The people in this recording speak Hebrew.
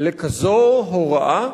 לכזאת הוראה?